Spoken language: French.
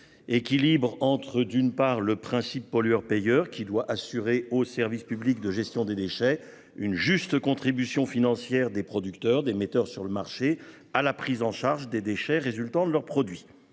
équilibre entre, d'une part, le principe pollueur-payeur, qui doit assurer au service public de gestion des déchets une juste contribution financière des producteurs et des metteurs sur le marché à la prise en charge des déchets résultant de leurs produits,